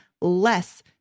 less